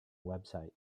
website